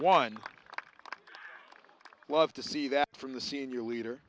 one love to see that from the senior leader